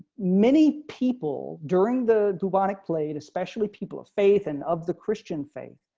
many people during the demonic played, especially people of faith and of the christian faith.